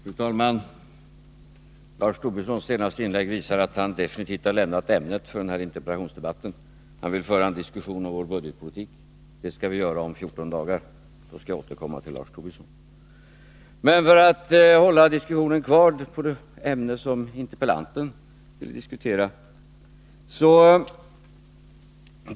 Fru talman! Lars Tobissons senaste inlägg visar att han definitivt har lämnat ämnet för den här interpellationsdebatten. Han vill föra en diskussion om vår budgetpolitik. Det skall vi göra om fjorton dagar. Då skall jag återkomma till Lars Tobisson. Jag tänker begränsa diskussionen till det ämne som interpellanten ville ta upp.